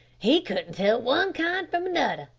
he couldn't tell one kind from another,